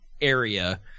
area